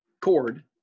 cord